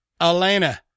elena